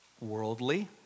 Worldly